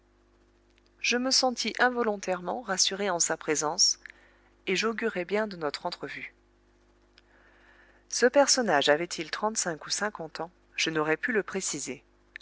je me sentis involontairement rassuré en sa présence et j'augurai bien de notre entrevue ce personnage avait-il trente-cinq ou cinquante ans je n'aurais pu le préciser